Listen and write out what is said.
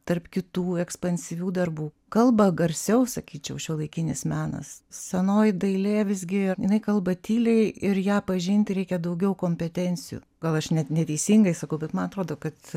tarp kitų ekspansyvių darbų kalba garsiau sakyčiau šiuolaikinis menas senoji dailė visgi jinai kalba tyliai ir ją pažinti reikia daugiau kompetencijų gal aš net neteisingai sakau bet man atrodo kad